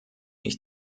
ich